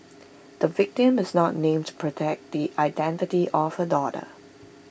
the victim is not named to protect the identity of her daughter